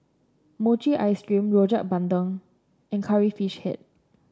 Mochi Ice Cream Rojak Bandung and Curry Fish Head